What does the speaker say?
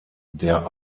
der